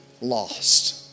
lost